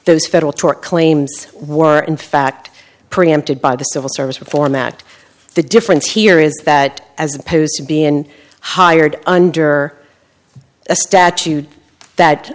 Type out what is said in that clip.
those federal tort claims were in fact preempted by the civil service reform act the difference here is that as opposed to be in hired under a statute that